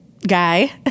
Guy